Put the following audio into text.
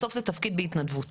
בסוף זה תפקיד בהתנדבות.